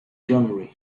january